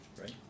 right